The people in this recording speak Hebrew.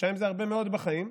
חודשיים זה הרבה מאוד בחיים.